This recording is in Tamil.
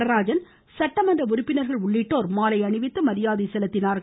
நடராஜன் சட்டமன்ற உறுப்பினர்கள் உள்ளிட்டோர் மாலை அணிவித்து மரியாதை செலுத்தினார்கள்